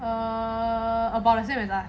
err about the same as us